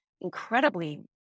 incredibly